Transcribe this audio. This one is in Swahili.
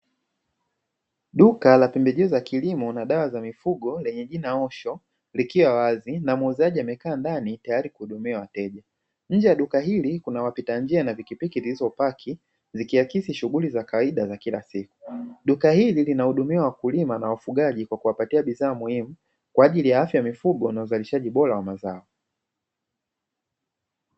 Duka la pembejeo za kilimo na dawa za mifugo lenye jina "osho" likiwa wazi na muuzaji amekaa ndani tayari kuhudumia wateja nje ya duka hili kuna wapita njia na pikipiki zilizopaki zikiakisi shughuli za kawaida za kila siku. Duka hili linahudumia wakulima na wafugaji kwa kuwapatia bidhaa muhimu kwa ajili ya afya ya mifugo na uzalishaji bora wa mazao.